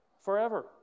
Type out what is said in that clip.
Forever